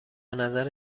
نظر